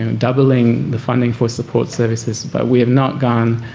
and doubling the funding for support services, but we have not gone